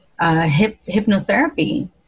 hypnotherapy